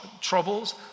troubles